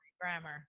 grammar